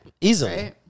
easily